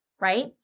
right